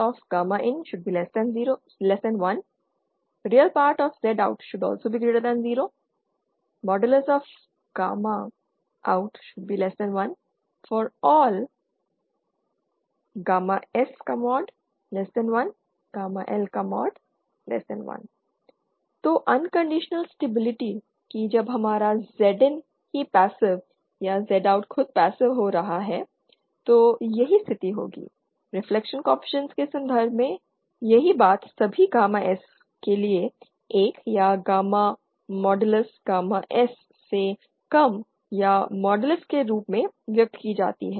ReZIN0IN1 ReZout0out1 for all S1 L1 तो unconditional stability कि जब हमारा ZIN ही पैसिव या Z OUT खुद पैसिव हो रहे हैं तो यही स्थिति होगी रिफ्लेक्शन कोएफ़िशिएंट्स के संदर्भ में यही बात सभी गामा S के लिए 1 या गामा मॉडलस गामा S से कम या मॉडलस के रूप में व्यक्त की जाती है